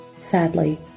Sadly